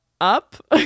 up